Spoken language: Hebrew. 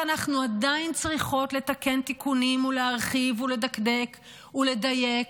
ואנחנו עדיין צריכות לתקן תיקונים ולהרחיב ולדקדק ולדייק,